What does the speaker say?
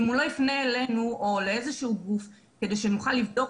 אם הוא לא יפנה אלינו או לאיזשהו גוף כדי שנוכל לבדוק